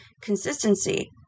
Consistency